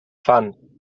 fan